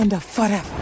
forever